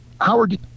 Howard